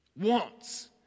wants